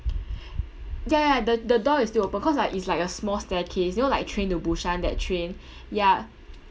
ya ya the the door is still open cause like it's like a small staircase you know like train to busan that train ya